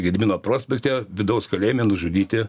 gedimino prospekte vidaus kalėjime nužudyti